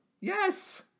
Yes